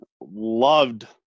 loved